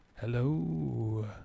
Hello